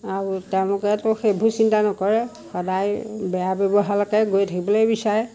আৰু তেওঁলোকেতো সেইবোৰ চিন্তা নকৰে সদায় বেয়া ব্যৱহাৰলৈকে গৈ থাকিবলৈ বিচাৰে